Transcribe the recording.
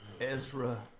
Ezra